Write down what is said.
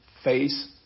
Face